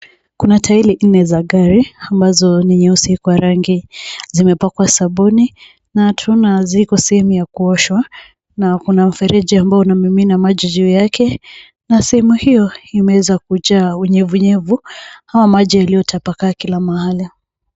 Kuna tairi nne za gari ambazo ni nyeusi kwa rangi. Zimepakwa sabuni na tunaona ziko sehemu ya kuoshwa na kuna mfereji ambao unamimina maji na maji juu yake na sehemu hiyo imeweza kujaa unyevunyevu ama maji yaliyotapakaa Kila mahali.